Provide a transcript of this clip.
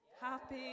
Happy